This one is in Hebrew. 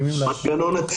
שנקרא.